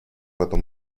этом